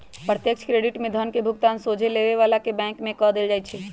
प्रत्यक्ष क्रेडिट में धन के भुगतान सोझे लेबे बला के बैंक में कऽ देल जाइ छइ